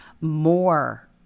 more